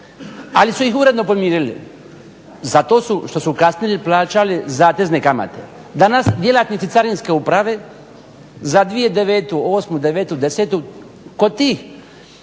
ali su ih uredno podmirili. Zato što su kasnili plaćali zatezne kamate. Danas djelatnici Carinske uprave za 2009., osmu, devetu, desetu kod tih